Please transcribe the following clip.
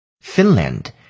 Finland